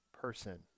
person